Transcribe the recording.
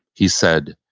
he said,